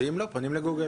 ואם לא, פונים ל-גוגל.